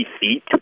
feet